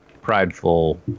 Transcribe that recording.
prideful